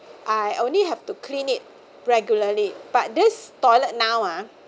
I only have to clean it regularly but this toilet now ah